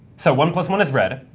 so one plus one is red,